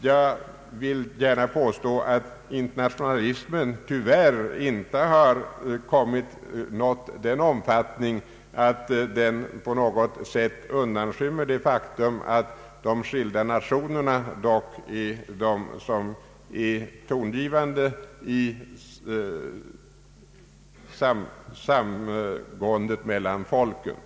Jag vill även påstå att internationalismen tyvärr ännu inte har nått den omfattningen att den på något sätt undanskymmer det faktum att de skilda nationerna dock är de som är de tongivande i förhållandet mellan folken.